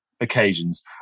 occasions